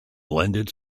blended